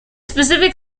specific